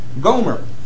Gomer